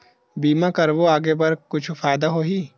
बीमा करबो आगे बर कुछु फ़ायदा होही?